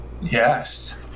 Yes